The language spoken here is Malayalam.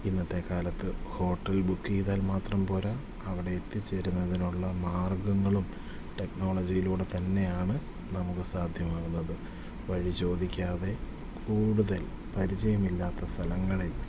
ഇന്നത്തെ കാലത്ത് ഹോട്ടൽ ബുക്ക് ചെയ്താൽ മാത്രം പോര അവടെ എത്തിച്ചേരുന്നതിനുള്ള മാർഗ്ഗങ്ങളും ടെക്നോളജിയിലൂടെ തന്നെയാണ് നമുക്ക് സാധ്യമാകുന്നത് വഴി ചോദിക്കാതെ കൂടുതൽ പരിചയമില്ലാത്ത സ്ഥലങ്ങളിൽ